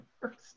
first